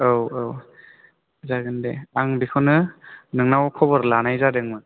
औ औ जागोन दे आं बेखौनो नोंनाव खबर लानाय जादोंमोन